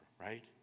right